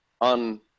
on